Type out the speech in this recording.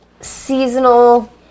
seasonal